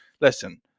listen